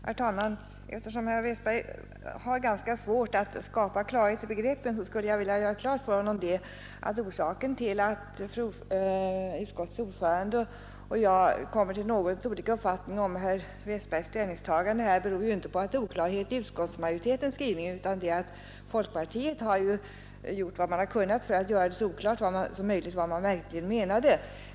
Herr talman! Eftersom herr Westberg i Ljusdal har ganska svårt att skapa klarhet i begreppen, skulle jag vilja göra klart för honom, att orsaken till att utskottets ordförande och jag kommer till något olika uppfattningar om herr Westbergs ställningstagande inte är oklarhet i utskottsmajoritetens skrivning utan att folkpartiet ju har gjort vad man har kunnat för att göra så oklart som möjligt vad man verkligen menade.